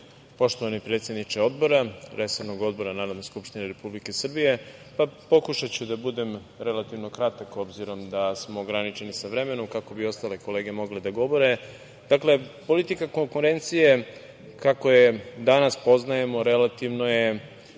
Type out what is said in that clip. poštovani predsedniče resornog Odbora Narodne skupštine Republike Srbije, pokušaću da budem relativno kratak obzirom da smo ograničeni sa vremenom, kako bi ostale kolege mogle da govore. Dakle, politika konkurencije, kako je danas poznajemo, relativno je